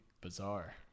bizarre